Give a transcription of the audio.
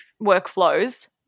workflows